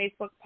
Facebook